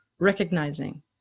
Recognizing